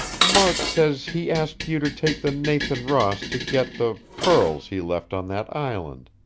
mark says he asked you to take the nathan ross to get the pearls he left on that island.